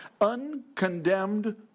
uncondemned